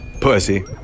Pussy